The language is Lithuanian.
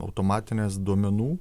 automatines duomenų